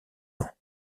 ans